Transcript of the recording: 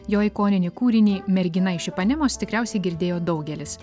jo ikoninį kūrinį mergina iš ipanemos tikriausiai girdėjo daugelis